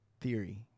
theory